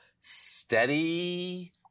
steady